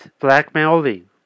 blackmailing